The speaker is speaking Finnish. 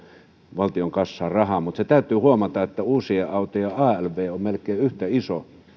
valtion kassaan rahaa mutta se täytyy huomata että uusien autojen alv on melkein yhtä iso